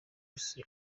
wese